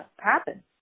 happen